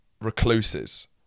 recluses